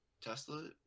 tesla